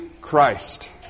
Christ